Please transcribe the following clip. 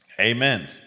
Amen